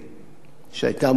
שהיתה מורכבת,